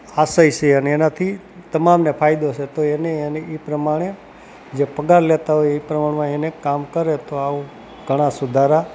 આશય છે અને એનાથી તમામને ફાયદો છે તો એને એની એ પ્રમાણે જે પગાર લેતા હોય એ પ્રમાણમાં એને કામ કરે તો આવું ઘણા સુધારા